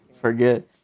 forget